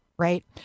right